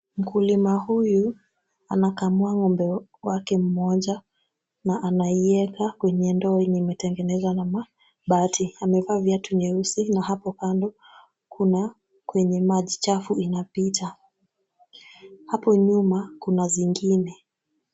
Mkulima huyu anakamua ng'ombe wake mmoja na anaiweka kwenye ndoo yenye imetengenezwa na mabati, amevaa viatu nyeusi na hapo kando kuna kwenye maji chafu inapita, hapo nyuma kuna zingine.